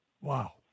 Wow